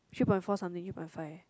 three point four something three point five